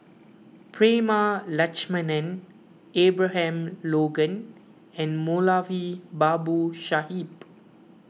Prema Letchumanan Abraham Logan and Moulavi Babu Sahib